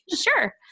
sure